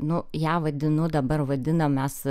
nu ją vadinu dabar vadinam mes